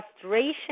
Frustration